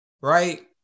Right